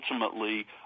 ultimately